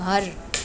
घर